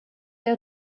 der